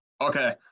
Okay